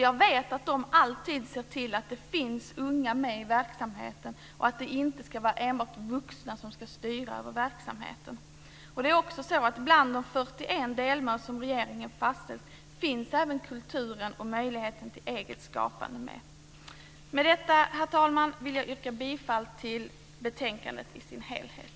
Jag vet att dessa alltid ser till att det finns unga med i verksamheten och att det inte ska vara enbart vuxna som ska styra över verksamheten. Bland de 41 delmål som regeringen fastställt finns dessutom även kulturen och möjligheten till eget skapande med. Med detta, herr talman, vill jag yrka bifall till utskottets förslag i dess helhet.